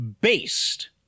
based